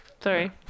sorry